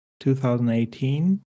2018